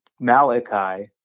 Malachi